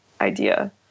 idea